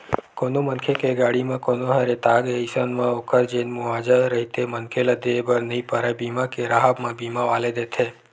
कोनो मनखे के गाड़ी म कोनो ह रेतागे अइसन म ओखर जेन मुवाजा रहिथे मनखे ल देय बर नइ परय बीमा के राहब म बीमा वाले देथे